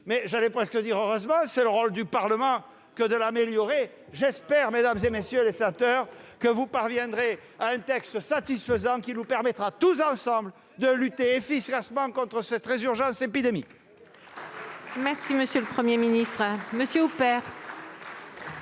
des ministres. Heureusement ! C'est le rôle du Parlement que de l'améliorer, et j'espère, mesdames, messieurs les sénateurs, que vous parviendrez à un texte satisfaisant, qui nous permettra, tous ensemble, de lutter efficacement contre la résurgence de l'épidémie.